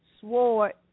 sword